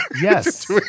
Yes